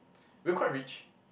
we quite rich